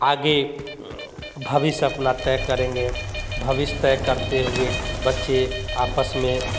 आगे भविष्य अपना तय करेंगे भविष्य तय करते हुए बच्चे आपस में